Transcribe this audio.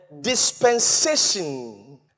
Dispensation